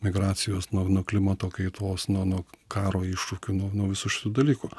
migracijos nuo nuo klimato kaitos nuo nuo karo iššūkių nuo nuo visų šitų dalykų